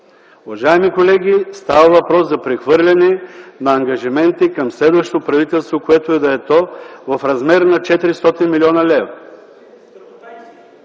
Уважаеми колеги, става въпрос за прехвърляне на ангажименти към следващо правителство, което и да е то, в размер на 400 млн. лв.!